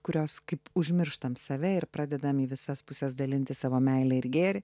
kurios kaip užmirštam save ir pradedam į visas puses dalinti savo meilę ir gėrį